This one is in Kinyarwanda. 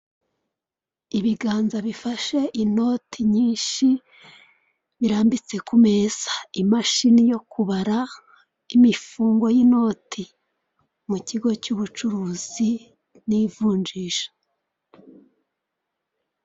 Ibiganza bifashe inoti nyinshi birambitse ku meza, imashini yo kubara imifungo y'inoti mu kigo cy'ubucuruzi n'ivunjisha.